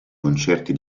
concerti